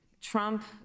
Trump